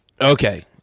Okay